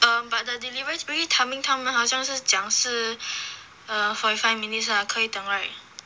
um but the delivery timing 他们好像是讲是 err forty five minutes ah 可以等 right